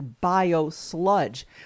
bio-sludge